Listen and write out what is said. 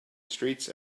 streets